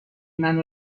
منو